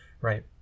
Right